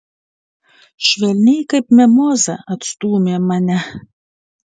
švelniai kaip mimozą atstūmė mane